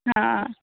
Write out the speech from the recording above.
हा